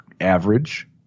average